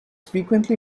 frequently